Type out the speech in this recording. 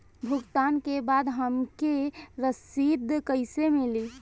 भुगतान के बाद हमके रसीद कईसे मिली?